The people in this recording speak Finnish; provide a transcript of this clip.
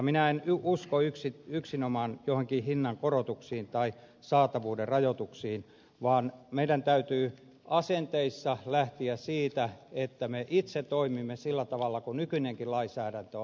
minä en usko yksinomaan joihinkin hinnankorotuksiin tai saatavuuden rajoituksiin vaan meidän täytyy asenteissa lähteä siitä että me itse toimimme sillä tavalla kuin nykyinenkin lainsäädäntö on